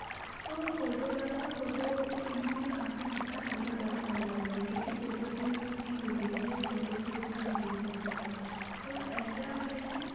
तो फ़ोटोग्राफ़र और फ़ोटो के बीच में काफ़ी हद तक बहुत ज़्यादा सम्बन्ध है क्योंकि फ़ोटो से ही उस की ज़िन्दगी है फ़ोटो से ही उसका भविष्य होता है तो ऐसा है कि